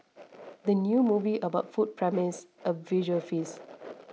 the new movie about food promises a visual feast